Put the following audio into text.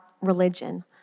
religion